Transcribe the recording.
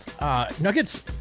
Nuggets